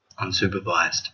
unsupervised